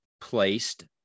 placed